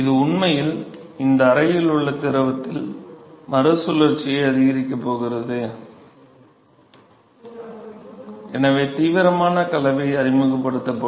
இது உண்மையில் இந்த அறையில் உள்ள திரவத்தில் மறுசுழற்சியை அதிகரிக்கப் போகிறது எனவே தீவிரமான கலவை அறிமுகப்படுத்தப்படும்